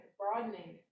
broadening